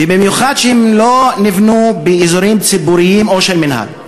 ובמיוחד שהם לא נבנו באזורים ציבוריים או של המינהל.